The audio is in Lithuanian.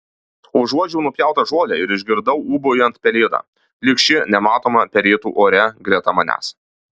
užuodžiau nupjautą žolę ir išgirdau ūbaujant pelėdą lyg ši nematoma perėtų ore greta manęs